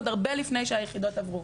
עוד הרבה לפני שהיחידות עברו.